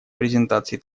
презентации